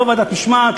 לא ועדת משמעת,